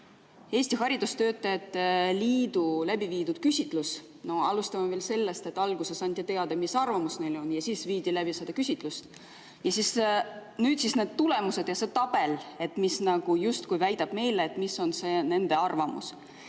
Eesti Haridustöötajate Liidu läbiviidud küsitlus. Alustame sellest, et alguses anti teada, mis arvamus neil on, ja siis viidi läbi küsitlus. Nüüd siis need tulemused ja see tabel, mis justkui väidab meile, mis on nende arvamus.